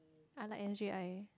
I like S_J_I